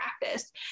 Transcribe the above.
practice